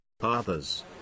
Others